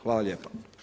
Hvala lijepa.